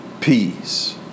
peace